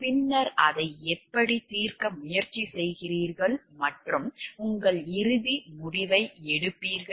பின்னர் அதை எப்படி தீர்க்க முயற்சி செய்கிறீர்கள் மற்றும் உங்கள் இறுதி முடிவை எடுப்பீர்கள்